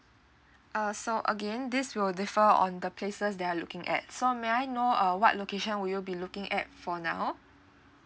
uh so again this will differ on the places you are looking at so may I know uh what location will you be looking at for now